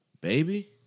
baby